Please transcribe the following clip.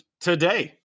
today